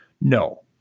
No